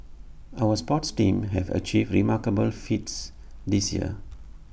our sports teams have achieved remarkable feats this year